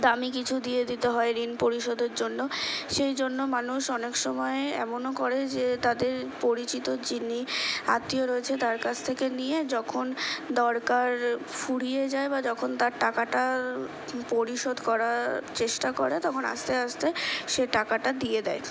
দামি কিছু দিয়ে দিতে হয় ঋণ পরিশোধের জন্য সেই জন্য মানুষ অনেক সময় এমনও করে যে তাদের পরিচিত যিনি আত্মীয় রয়েছে তার কাছ থেকে নিয়ে যখন দরকার ফুরিয়ে যায় বা যখন তার টাকাটা পরিশোধ করার চেষ্টা করে তখন আস্তে আস্তে সে টাকাটা দিয়ে দেয়